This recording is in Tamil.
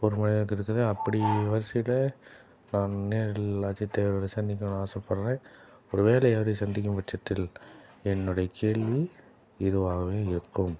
ஒரு மனிதன் கிட்டத்தட்ட அப்படி வரிசையில் நான் நேரில் அஜித்தை அவர்களை சந்திக்கணும்னு ஆசைப்பட்றேன் ஒரு வேளை அவரை சந்திக்கும் பட்சத்தில் என்னுடைய கேள்வி இதுவாகவே இருக்கும்